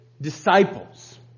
disciples